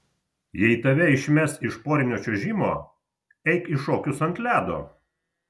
jei tave išmes iš porinio čiuožimo eik į šokius ant ledo